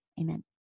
amen